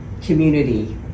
community